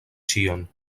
ĉion